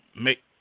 make